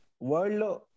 world